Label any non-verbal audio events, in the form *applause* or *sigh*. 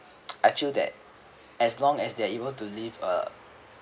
*noise* I feel that as long as they're able to live uh